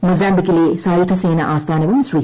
മൊസാംബിക്കിലെ സായുധസേന ആസ്ഥാനവും ശ്രീ